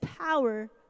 power